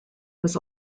was